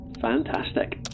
Fantastic